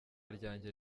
ryanjye